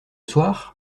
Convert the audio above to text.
soir